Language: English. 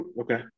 Okay